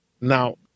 Now